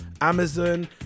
amazon